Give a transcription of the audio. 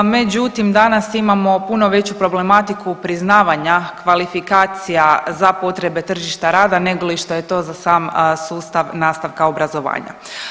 Međutim, danas imamo puno veću problematiku priznavanja kvalifikacija za potrebe tržišta rada negoli što je to za sam sustav nastavka obrazovanja.